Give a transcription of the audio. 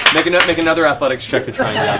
make and make another athletics check to try